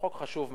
חוק חשוב מאוד,